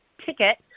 ticket